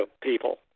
people